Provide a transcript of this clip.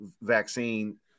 vaccine